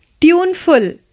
tuneful